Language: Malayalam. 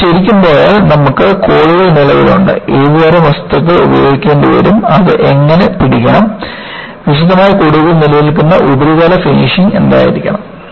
നമ്മൾ ശരിക്കും പോയാൽ നമുക്ക് കോഡുകൾ നിലവിലുണ്ട് ഏത് തരം വസ്തുക്കൾ ഉപയോഗിക്കേണ്ടിവരും അത് എങ്ങനെ പിടിക്കണം വിശദമായ കോഡുകൾ നിലനിൽക്കുന്ന ഉപരിതല ഫിനിഷ് എന്തായിരിക്കണം